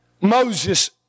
Moses